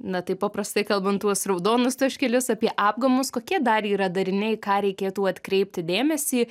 na tai paprastai kalbant tuos raudonus taškelius apie apgamus kokie dar yra dariniai į ką reikėtų atkreipti dėmesį